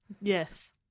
Yes